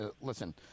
listen